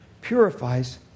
purifies